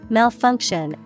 Malfunction